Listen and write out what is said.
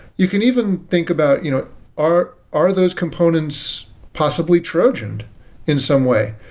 you can even think about you know are are those components possibly trojan in some way?